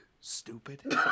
stupid